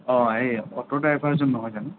অঁ এই অ'টো ড্ৰাইভাৰজন নহয় জানো